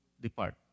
depart